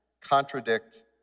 contradict